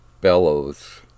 bellows